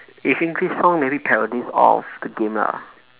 if english song maybe parodies of the game lah